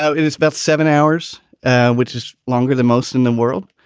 so it is about seven hours, and which is longer than most in the world.